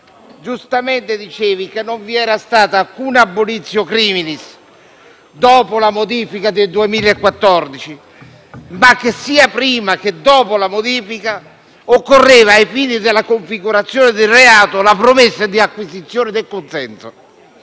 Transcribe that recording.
giustamente che non vi era stata alcuna *abolitio criminis* dopo la modifica del 2014, ma che, sia prima sia dopo la modifica, ai fini della configurazione del reato occorreva la promessa di acquisizione del consenso